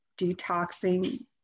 detoxing